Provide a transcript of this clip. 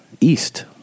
east